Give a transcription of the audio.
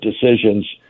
decisions